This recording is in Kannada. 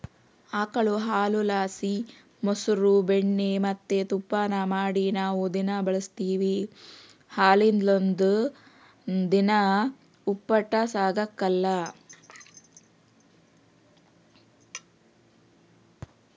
ಆಕುಳು ಹಾಲುಲಾಸಿ ಮೊಸ್ರು ಬೆಣ್ಣೆ ಮತ್ತೆ ತುಪ್ಪಾನ ಮಾಡಿ ನಾವು ದಿನಾ ಬಳುಸ್ತೀವಿ ಹಾಲಿಲ್ಲುದ್ ದಿನ ಒಪ್ಪುಟ ಸಾಗಕಲ್ಲ